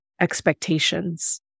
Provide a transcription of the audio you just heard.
expectations